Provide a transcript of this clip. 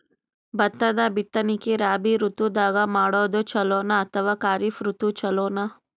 ಭತ್ತದ ಬಿತ್ತನಕಿ ರಾಬಿ ಋತು ದಾಗ ಮಾಡೋದು ಚಲೋನ ಅಥವಾ ಖರೀಫ್ ಋತು ಚಲೋನ?